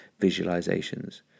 visualizations